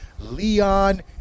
Leon